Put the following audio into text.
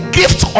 gift